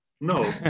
No